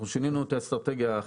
אנחנו שינינו את האסטרטגיה.